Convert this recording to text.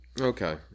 Okay